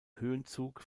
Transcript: höhenzug